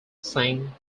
sang